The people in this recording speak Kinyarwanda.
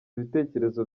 ibitekerezo